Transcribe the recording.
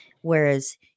Whereas